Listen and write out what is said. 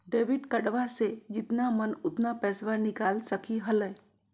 Debit कार्डबा से जितना मन उतना पेसबा निकाल सकी हय?